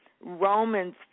Romans